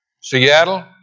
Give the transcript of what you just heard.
Seattle